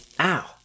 Ow